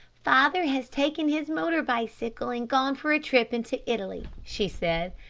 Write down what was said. father has taken his motor-bicycle and gone for a trip into italy, she said.